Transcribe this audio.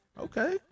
okay